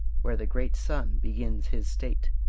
where the great sun begins his state,